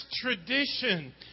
tradition